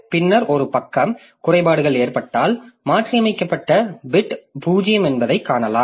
பின்னர் ஒரு பக்கக் குறைபாடுகள் ஏற்பட்டால் இந்தப் பக்கத்தை பலியாகத் தேர்ந்தெடுக்கும் போது மாற்றியமைக்கப்பட்ட பிட் 0 என்பதைக் காணலாம்